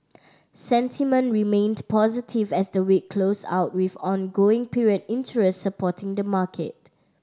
sentiment remained positive as the week closed out with ongoing period interest supporting the market